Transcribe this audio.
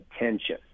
attention